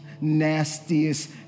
nastiest